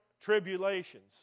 tribulations